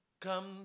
Come